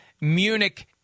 Munich